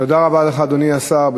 תודה רבה לך, אדוני השר.